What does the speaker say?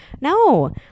No